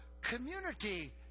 community